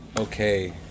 Okay